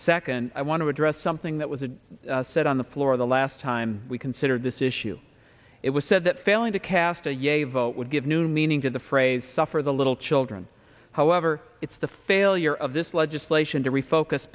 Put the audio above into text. second i want to address something that was a set on the floor the last time we considered this issue it was said that failing to cast a yes vote would give new meaning to the phrase suffer the little children however or it's the failure of this legislation to refocus